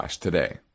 today